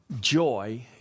joy